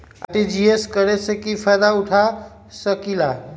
RTGS करे से की फायदा उठा सकीला?